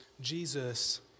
Jesus